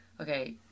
okay